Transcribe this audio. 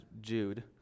Jude